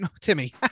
Timmy